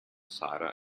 sarah